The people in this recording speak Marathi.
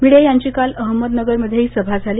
भिडे यांची काल अहमदनगरमध्येही सभा झाली